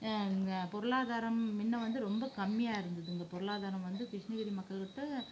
இங்கே பொருளாதாரம் முன்ன வந்து ரொம்ப கம்மியாக இருந்தது இங்கே பொருளாதாரம் வந்து கிருஷ்ணகிரி மக்கள்கிட்ட